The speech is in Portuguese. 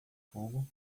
fogo